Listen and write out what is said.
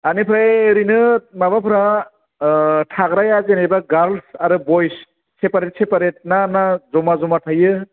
बिनिफ्राय ओरैनो माबाफ्रा थाग्राया जेनेबा गार्लस आरो बयस सेपारेट सेपारेट ना ना जमा जमा थायो